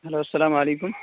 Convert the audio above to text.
hello السلام علیکم